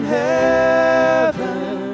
heaven